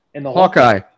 Hawkeye